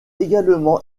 également